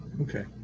okay